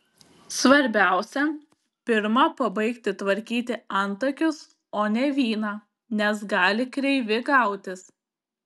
svarbiausia pirma pabaigti tvarkyti antakius o ne vyną nes gali kreivi gautis